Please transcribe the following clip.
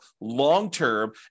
long-term